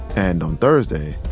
and on thursday,